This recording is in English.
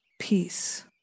peace